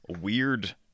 Weird